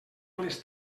les